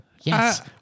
Yes